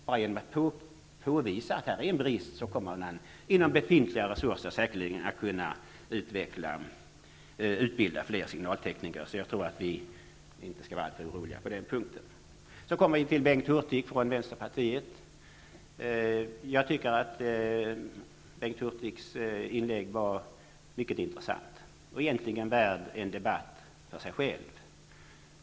Redan genom att påvisa att det här finns en brist kommer man säkerligen att med befintliga resurser kunna utbilda fler signaltekniker, så jag tror inte att vi skall vara alltför oroliga på den punkten. Så kommer vi till Bengt Hurtig från Vänsterpartiet. Jag tycker att Bengt Hurtigs inlägg var mycket intressant och egentligen värt en debatt i sig självt.